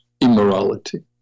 immorality